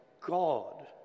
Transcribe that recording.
God